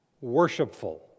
worshipful